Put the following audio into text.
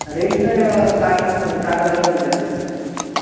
range sir साठ लाख साठ हजारापर्यंत आहे सर सॉरी